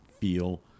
feel